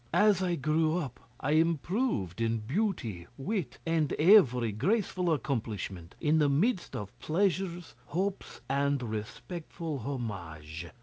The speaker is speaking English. as i grew up i improved in beauty, wit, and every graceful accomplishment, in the midst of pleasures, hopes, and respectful homage.